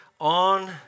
on